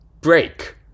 break